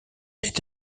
est